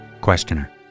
Questioner